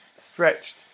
stretched